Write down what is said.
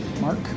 Mark